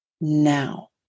now